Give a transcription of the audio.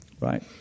right